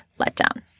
letdown